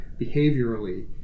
behaviorally